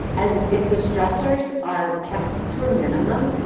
as if the stressors are kept to a minimum.